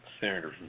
senator